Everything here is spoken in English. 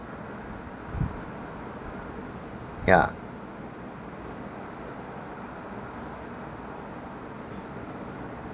yeah